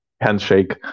Handshake